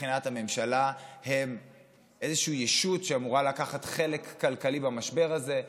מבחינת הממשלה הם איזה ישות שאמורה לקחת חלק כלכלי במשבר הזה,